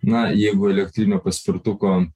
na jeigu elektrinio paspirtuko